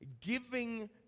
Giving